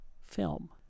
film